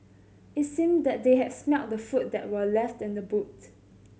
it seemed that they had smelt the food that were left in the boot